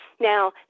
Now